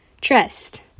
trust